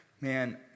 man